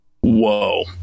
Whoa